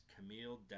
Camille